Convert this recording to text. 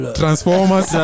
transformers